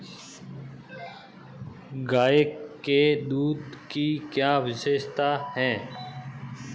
गाय के दूध की क्या विशेषता है?